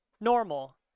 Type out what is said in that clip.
normal